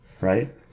right